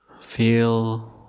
Feel